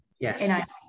Yes